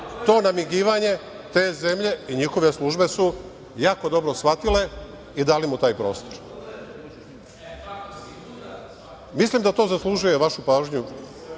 To namigivanje te zemlje i njihove službe su jako dobro shvatile i dale mu taj prostor. Mislim da to zaslužuje vašu pažnju,